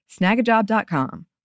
Snagajob.com